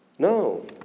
No